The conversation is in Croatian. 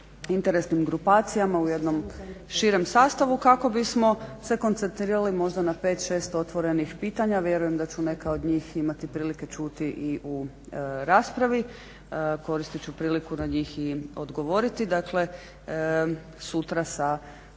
interesnim grupacijama u jednom širem sastavu kako bismo se koncentrirali možda na 5,6 otvorenih pitanja. Vjerujem da ću neka od njih imati prilike čuti i u raspravi, koristit ću priliku na njih i odgovoriti. Dakle sutra sa